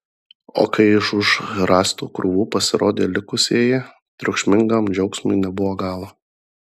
o kai iš už rąstų krūvų pasirodė likusieji triukšmingam džiaugsmui nebuvo galo